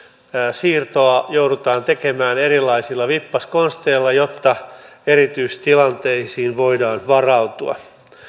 siirtoa joudutaan tekemään erilaisilla vippaskonsteilla jotta erityistilanteisiin voidaan varautua